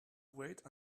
wait